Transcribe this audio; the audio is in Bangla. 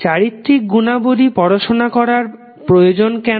চারিত্রিক গুণাবলী পড়াশোনা করার প্রয়োজন কেন